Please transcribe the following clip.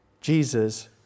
Jesus